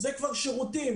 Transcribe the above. זה כבר שירותים,